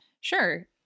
Sure